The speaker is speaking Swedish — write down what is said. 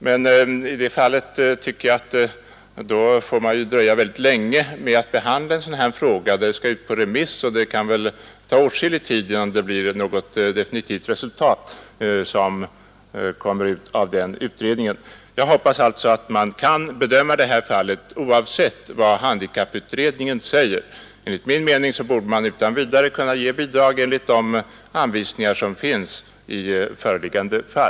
Men om man skall avvakta den utredningen får man kanske dröja väldigt länge med att behandla frågan; betänkandet skall — förmodar jag — ut på remiss, och det kan ta åtskillig tid innan det kan bli något definitivt resultat som följd av den utredningen. Jag hoppas alltså att detta fall kan bedömas oavsett vad handikapputredningen säger. Enligt min mening borde man enligt de utredningar som finns i föreliggande fall utan vidare kunna ge bidrag.